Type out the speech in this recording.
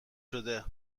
شده